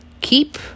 Keep